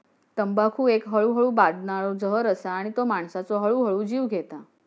तंबाखू एक हळूहळू बादणारो जहर असा आणि तो माणसाचो हळूहळू जीव घेता